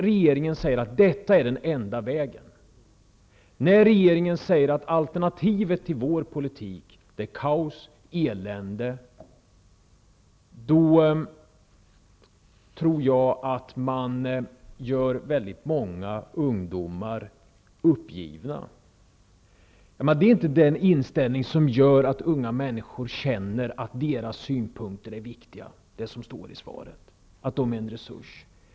Regeringen säger att detta är den enda vägen och att alternativet till regeringens politik är kaos och elände. Jag tror att man med det gör många ungdomar uppgivna. Det är inte en inställning som gör att unga människor känner att deras synpunkter är viktiga, att de är en resurs, som det står i svaret.